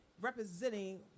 representing